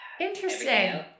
interesting